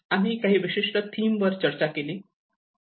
आम्ही काही विशिष्ट थीमवर चर्चा केली